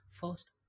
first